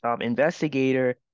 investigator